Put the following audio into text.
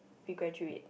you graduate